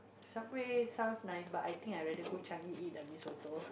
Subway sounds nice but I think I rather go Changi eat the Mee-Soto